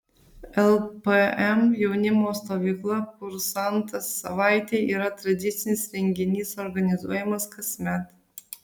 lpm jaunimo stovykla kursantas savaitei yra tradicinis renginys organizuojamas kasmet